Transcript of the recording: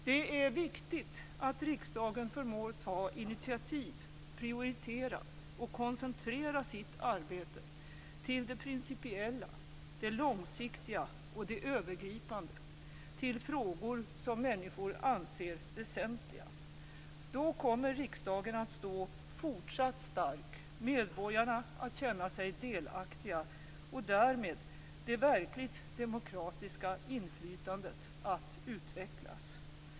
Det är viktigt att riksdagen förmår ta initiativ, prioritera och koncentrera sitt arbete till det principiella, det långsiktiga och det övergripande, till frågor som människor anser som väsentliga. Då kommer riksdagen att stå fortsatt stark och medborgarna att känna sig delaktiga. Därmed kommer det verkligt demokratiska inflytandet att utvecklas.